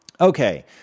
Okay